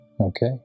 Okay